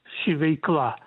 ši veikla